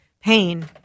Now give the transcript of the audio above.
pain